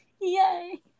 yay